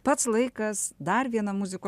pats laikas dar vieną muzikos